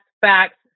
facts